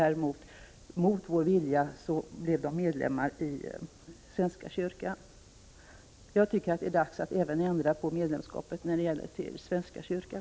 Däremot blev de mot vår vilja medlemmar av svenska kyrkan. Jag tycker att det är dags att även ändra på medlemskapet när det gäller svenska kyrkan.